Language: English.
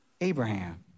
Abraham